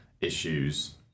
issues